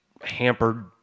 hampered